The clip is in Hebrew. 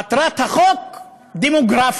מטרת החוק דמוגרפית;